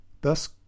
thus